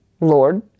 Lord